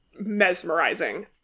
mesmerizing